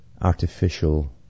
artificial